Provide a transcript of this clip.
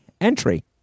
entry